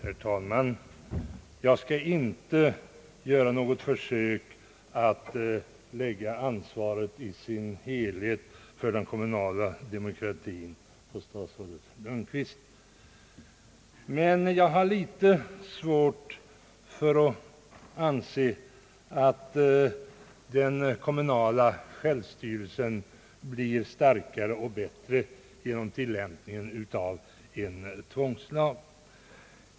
Herr talman! Jag skall inte göra något försök att lägga ansvaret i dess helhet för den kommunala demokratin på statsrådet Lundkvist. Jag har dock litet svårt för att inse att den kommunala självstyrelsen blir starkare och bättre genom tillämpningen av en tvångslag.